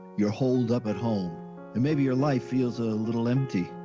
you're holed up at home and maybe your life feels a little empty.